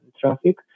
traffic